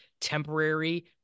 temporary